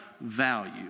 value